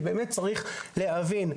צריך להבין,